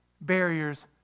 barriers